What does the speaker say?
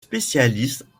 spécialistes